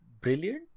brilliant